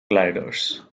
gliders